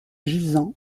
gisant